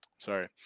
Sorry